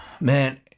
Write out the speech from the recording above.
Man